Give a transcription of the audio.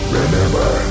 remember